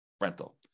rental